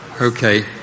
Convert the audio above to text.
Okay